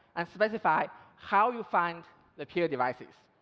and specify how you find the peer devices.